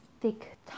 thick